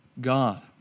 God